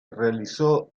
realizó